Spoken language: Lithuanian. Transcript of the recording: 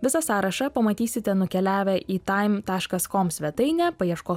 visą sąrašą pamatysite nukeliavę į taim taškas kom svetainę paieškos